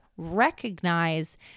recognize